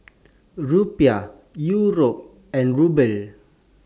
Rupiah Euro and Ruble